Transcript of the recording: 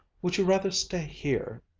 would you rather stay here?